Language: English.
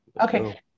Okay